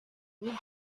bihugu